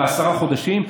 בעשרה חודשים?